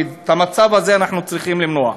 ואת המצב הזה אנחנו צריכים למנוע.